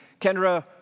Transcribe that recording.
Kendra